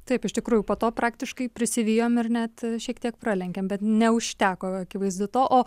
taip iš tikrųjų po to praktiškai prisivijom ir net šiek tiek pralenkėm bet neužteko akivaizdu to o